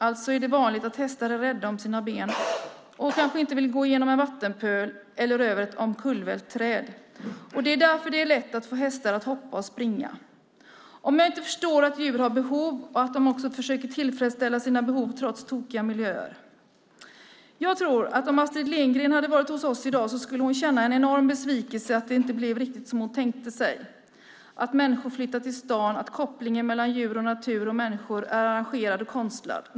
Alltså är det vanligt att hästar är rädda om sina ben och kanske inte vill gå genom en vattenpöl eller över ett omkullvält träd. Det är därför det är lätt att få hästar att hoppa och springa. Djur har behov och de försöker tillfredsställa sina behov trots tokiga miljöer. Jag tror att om Astrid Lindgren hade varit hos oss i dag skulle hon känna en enorm besvikelse över att det inte blev riktigt som hon tänkte sig, att människor flyttade till stan och att kopplingen mellan djur, natur och människor är arrangerad och konstlad.